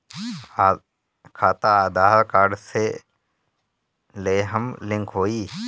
खाता आधार कार्ड से लेहम लिंक होई?